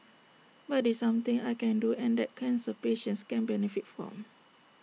but this something I can do and that cancer patients can benefit from